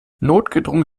notgedrungen